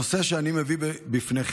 הנושא שאני מביא בפניכם